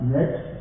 next